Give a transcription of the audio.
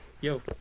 Yo